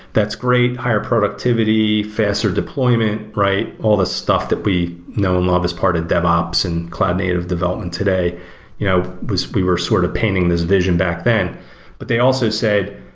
that's great. higher productivity. faster deployment, right? all the stuff that we know love as part of devops and cloud native development today you know was we were sort of panning this vision back. but they also said,